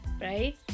right